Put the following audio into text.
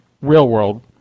real-world